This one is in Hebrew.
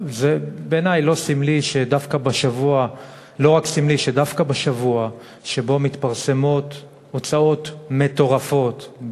זה בעיני לא רק סמלי שדווקא בשבוע שבו מתפרסמות הוצאות מטורפות,